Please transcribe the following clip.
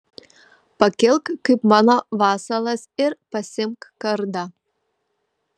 pakilk kaip mano vasalas ir pasiimk kardą